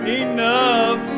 enough